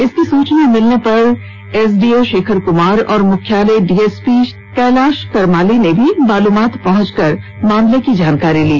इसकी सूचना मिलने पर एसडीओ शेखर कुमार और मुख्यालय डीएसपी कैलाश करमाली ने भी बालूमाथ पहुंचकर मामले की जानकारी ली